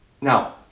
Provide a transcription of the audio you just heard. Now